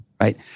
Right